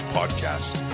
Podcast